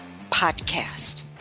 podcast